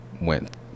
went